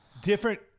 different